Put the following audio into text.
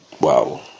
Wow